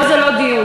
פה זה לא דיון.